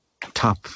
top